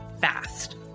fast